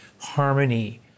harmony